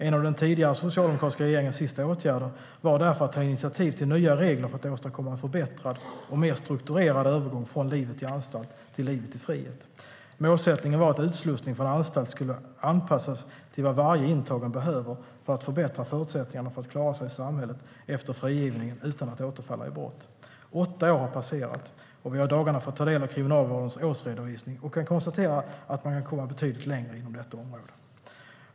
En av den tidigare socialdemokratiska regeringens sista åtgärder var därför att ta initiativ till nya regler för att åstadkomma en förbättrad och mer strukturerad övergång från livet i anstalt till livet i frihet. Målsättningen var att utslussning från anstalt skulle anpassas till vad varje intagen behöver för att förbättra förutsättningarna för att klara sig i samhället efter frigivningen utan att återfalla i brott. Åtta år har passerat. Vi har i dagarna fått ta del av Kriminalvårdens årsredovisning och kan konstatera att man kan komma betydligt längre inom detta område.